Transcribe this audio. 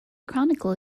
chronicle